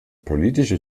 politische